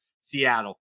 Seattle